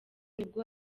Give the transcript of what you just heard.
nibwo